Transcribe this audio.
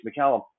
McCallum